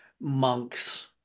monks